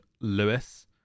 Lewis